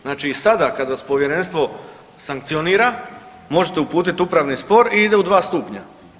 Znači i sada kada Povjerenstvo sankcionira možete uputiti upravni spor i ide u 2 stupnja.